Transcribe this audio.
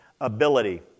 ability